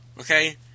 Okay